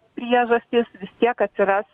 priežastis vis tiek atsiras